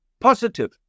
positive